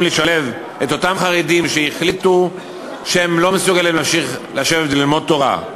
לשלב את אותם חרדים שהחליטו שהם לא מסוגלים להמשיך לשבת וללמוד תורה,